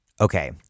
Okay